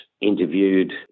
interviewed